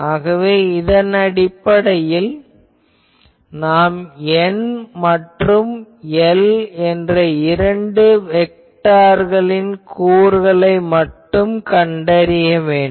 ஆகவே அடிப்படையில் நாம் N மற்றும் L என்ற இரண்டு வெக்டார்களின் கூறுகளைக் மட்டும் கண்டறிய வேண்டும்